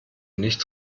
nicht